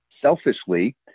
selfishly